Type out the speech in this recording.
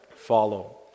follow